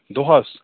دۄہَس